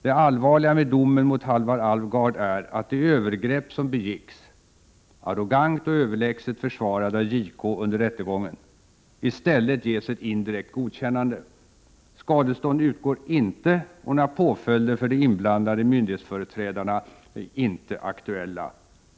Det allvarliga med domen mot Halvar Alvgard är att de övergrepp som begicks — arrogant och överlägset försvarade av JK under rättegången — i stället ges ett indirekt godkännande. Skadestånd utgår inte och några påföljder för de inblandade myndighetsföreträdarna är inte aktuella.